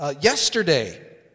yesterday